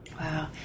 Wow